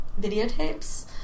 videotapes